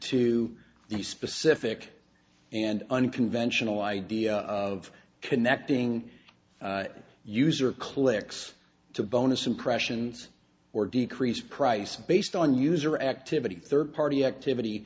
the specific and unconventional idea of connecting user clicks to bonus impressions or decrease price based on user activity third party activity